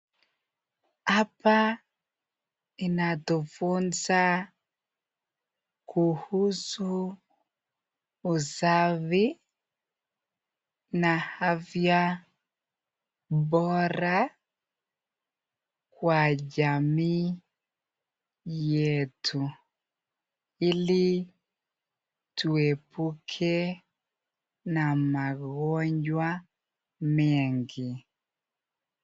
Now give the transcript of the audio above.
Hapa inatufunza kuhusu usafi na afya bora kwa jamii yetu ili tuepuke na magonjwa mengi.